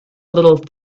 little